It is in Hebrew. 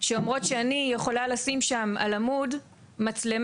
שאומרות שאני יכולה לשים שם על עמוד מצלמה